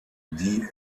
die